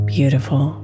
Beautiful